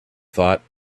thought